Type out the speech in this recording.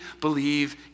believe